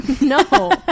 no